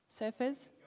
surfers